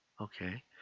Okay